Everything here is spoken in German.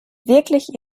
wirklich